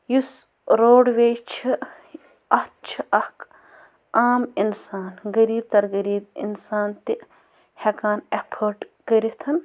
یُس roadway چھِ اَتھ چھِ اَکھ عام اِنسان غریٖب تَر غریٖب اِنسان تہِ ہٮ۪کان اٮ۪فٲٹ کٔرِتھ